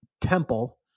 temple